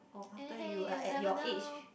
you'll never know